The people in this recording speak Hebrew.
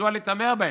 מדוע להתעמר בהם,